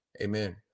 Amen